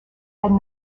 had